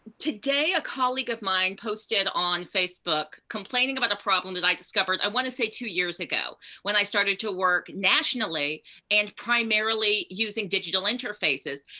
today, a colleague of mine posted on facebook complaining about a problem that i discovered, i wanna say, two years ago. when i started to work nationally and primarily using digital interfaces.